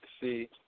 see